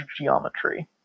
geometry